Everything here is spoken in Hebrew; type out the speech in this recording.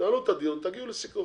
תעלו את הדיון, תגיעו לסיכום.